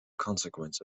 consequence